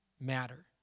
matter